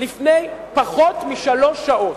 לפני פחות משלוש שעות.